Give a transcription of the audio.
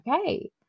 okay